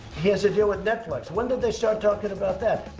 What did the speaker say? he has a deal with netflix. when did they start talking about that?